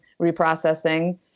reprocessing